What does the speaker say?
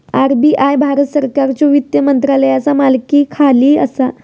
RBI Bharat सरकारच्यो वित्त मंत्रालयाचा मालकीखाली असा